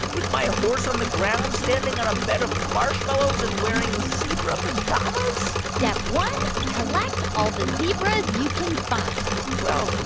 with my horse on the ground, standing on a bed of marshmallows and wearing zebra pajamas? step one collect all the zebras you can find well,